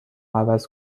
عوض